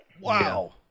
Wow